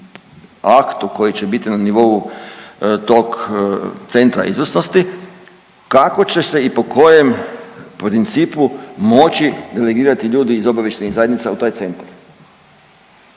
aktu koji će biti na nivou tog centra izvrsnosti kako će se i po kojem principu moći delegirati ljudi iz obavještajnih zajednica u taj centar,